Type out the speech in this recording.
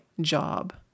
job